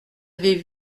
avait